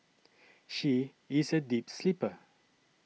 she is a deep sleeper